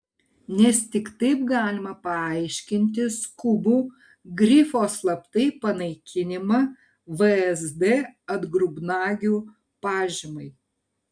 nes tik taip galima paaiškinti skubų grifo slaptai panaikinimą vsd atgrubnagių pažymai